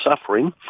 suffering